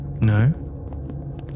No